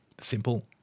simple